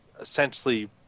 essentially